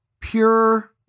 pure